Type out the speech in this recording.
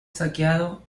saqueado